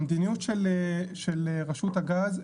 המדיניות של רשות הגז,